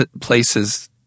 places –